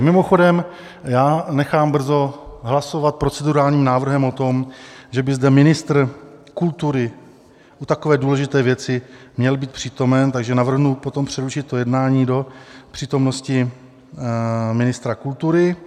Mimochodem, nechám brzo hlasovat procedurálním návrhem o tom, že by zde ministr kultury u takové důležité věci měl být přítomen, takže navrhnu potom přerušit jednání do přítomnosti ministra kultury.